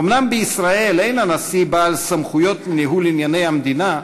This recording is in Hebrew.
אומנם בישראל אין הנשיא בעל סמכויות ניהול ענייני המדינה,